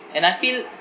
and I feel